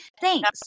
thanks